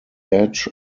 edge